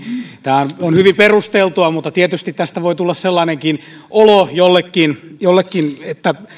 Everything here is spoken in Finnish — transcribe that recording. tämä on hyvin perusteltua mutta tietysti tästä voi tulla sellainenkin olo jollekin jollekin että